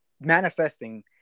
manifesting